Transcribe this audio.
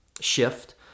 shift